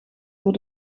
door